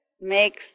makes